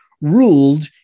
ruled